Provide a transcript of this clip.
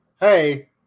hey